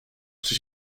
czy